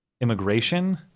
immigration